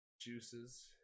juices